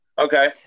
Okay